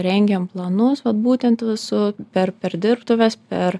rengėm planus vat būtent su per per dirbtuves per